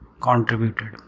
contributed